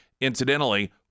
incidentally